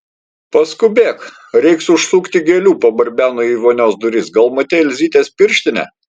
paskubėk reiks užsukti gėlių pabarbeno ji į vonios duris gal matei elzytės pirštinę